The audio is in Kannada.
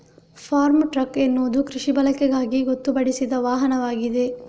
ಫಾರ್ಮ್ ಟ್ರಕ್ ಎನ್ನುವುದು ಕೃಷಿ ಬಳಕೆಗಾಗಿ ಗೊತ್ತುಪಡಿಸಿದ ವಾಹನವಾಗಿದೆ